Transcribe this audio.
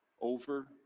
over